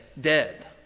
dead